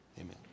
Amen